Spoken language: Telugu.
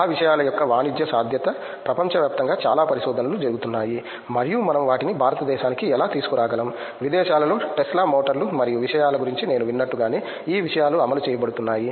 ఆ విషయాల యొక్క వాణిజ్య సాధ్యత ప్రపంచవ్యాప్తంగా చాలా పరిశోధనలు జరుగుతున్నాయి మరియు మనం వాటిని భారతదేశానికి ఎలా తీసుకురాగలం విదేశాలలో టెస్లా మోటార్లు మరియు విషయాల గురించి నేను విన్నట్లుగానే ఈ విషయాలు అమలు చేయబడుతున్నాయి